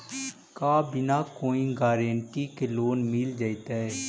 का बिना कोई गारंटी के लोन मिल जीईतै?